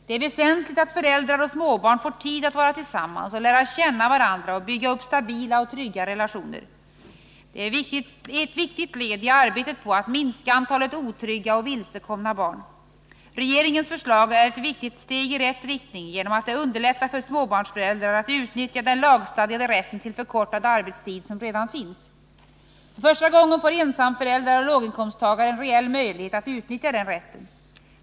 Det är väsentligt att föräldrar och småbarn får tid att vara tillsammans, att lära känna varandra och bygga upp stabila och trygga relationer. Det är ett viktigt led i arbetet på att minska antalet otrygga och vilsekomna barn. Regeringens förslag är ett viktigt steg i rätt riktning genom att det underlättar för småbarnsföräldrar att utnyttja den lagstadgade rätt till förkortad arbetstid som redan finns. För första gången får ensamföräldrar och låginkomsttagare en reell möjlighet att utnyttja den rätten.